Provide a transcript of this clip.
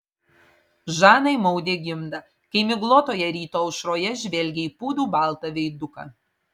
žanai maudė gimdą kai miglotoje ryto aušroje žvelgė į pūdų baltą veiduką